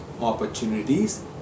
opportunities